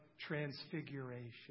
Transfiguration